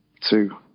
two